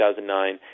2009